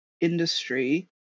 industry